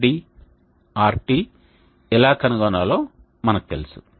RD RT ఎలా కనుగొనాలో మనకు తెలుసు